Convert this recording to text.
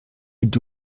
mit